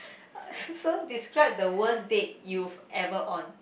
so describe the worst date you've ever on